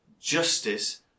justice